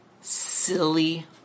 silly